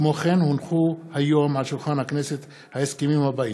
כמו כן, הונחו היום על שולחן הכנסת, ההסכמים האלה: